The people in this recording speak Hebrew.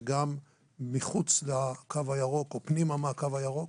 וגם מחוץ לקו הירוק או פנימה מהקו הירוק.